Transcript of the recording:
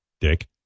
Dick